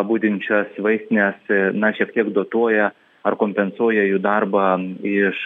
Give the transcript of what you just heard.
budinčias vaistines na šiek tiek dotuoja ar kompensuoja jų darbą iš